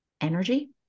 energy